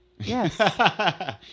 yes